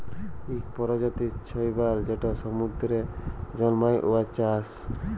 ইক পরজাতির শৈবাল যেট সমুদ্দুরে জল্মায়, উয়ার চাষ